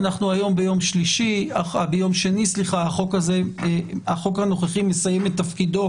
היום יום שני והחוק הזה מסיים את תפקידו